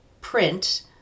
print